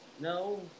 no